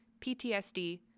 PTSD